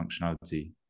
functionality